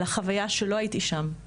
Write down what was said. לא הייתי שם,